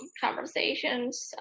conversations